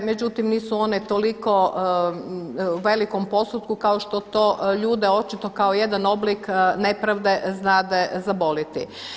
Međutim, nisu one toliko u velikom postotku kao što to ljude očito kao jedan oblik nepravde znade zaboliti.